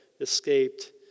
escaped